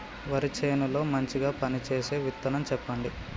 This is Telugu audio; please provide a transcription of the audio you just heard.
వరి చేను లో మంచిగా పనిచేసే విత్తనం చెప్పండి?